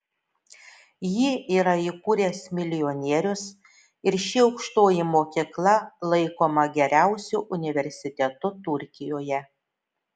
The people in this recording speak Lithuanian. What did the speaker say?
jį yra įkūręs milijonierius ir ši aukštoji mokykla laikoma geriausiu universitetu turkijoje